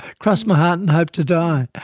cross my heart and hope to die.